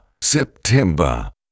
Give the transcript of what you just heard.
September